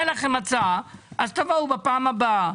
אין לכם הצעה אז תבואו בפעם הבאה.